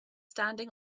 standing